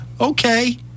okay